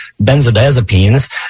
benzodiazepines